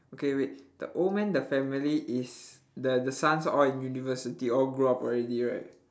okay wait the old man the family is the the sons are all in university all grow up already right